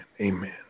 amen